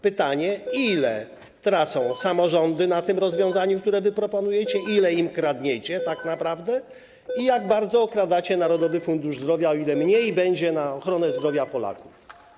Pytanie, ile tracą samorządy na tym rozwiązaniu, które wy proponujecie, ile im kradniecie tak naprawdę i jak bardzo okradacie Narodowy Fundusz Zdrowia, ile mniej będzie na ochronę zdrowia Polaków.